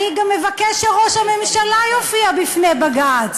אני גם מבקש שראש הממשלה יופיע בפני בג"ץ.